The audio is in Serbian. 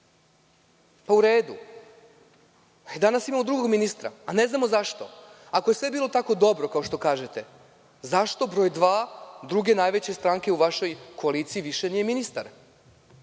Pa, u redu, ali i danas imamo drugog ministra, a ne znamo zašto. Ako je sve bilo tako dobro, kao što kažete, zašto broj dva druge najveće stranke u vašoj koaliciji više nije ministar,